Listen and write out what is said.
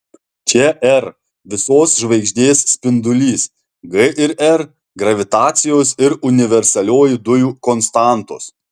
čia r visos žvaigždės spindulys g ir r gravitacijos ir universalioji dujų konstantos